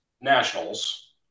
nationals